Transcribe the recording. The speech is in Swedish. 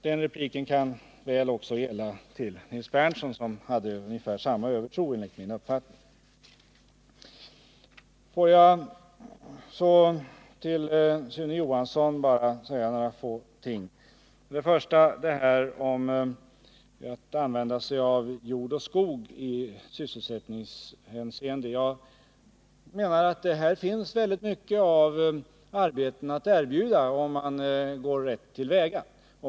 Den repliken vill jag också rikta till Nils Berndtson, som enligt min uppfattning hade ungefär samma övertro som Holger Mossberg. Till Sune Johansson vill jag bara säga några få ting, först beträffande tanken på att använda jord och skog i sysselsättningsfrämjande syfte. Jag menar att här finns väldigt mycket av arbeten att erbjuda, om man går rätt till väga.